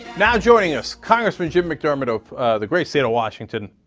now joining us, congressman jim mcdermott of the great state of washington.